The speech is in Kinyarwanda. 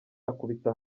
akubita